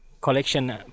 collection